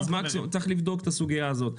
צריך לבדוק את הסוגיה הזאת.